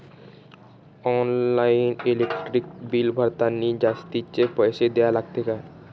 Online electric bill भरतानी जास्तचे पैसे द्या लागते का?